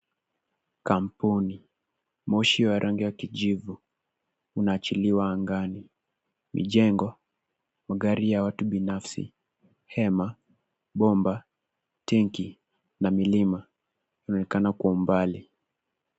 Kampuni, moshi wa rangi ya kijivu unaachiliwa angani. Mijengo, magari ya watu binafsi, hema, bomba tenki na milima inaonekana kwa umbali.